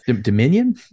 Dominion